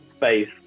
space